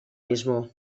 mismo